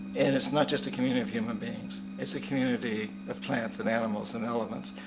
and it's not just a community of human beings, it's a community of plants and animals and elements.